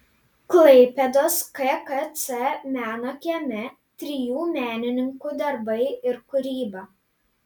klaipėdos kkc meno kieme trijų menininkų darbai ir kūryba